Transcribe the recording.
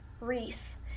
Reese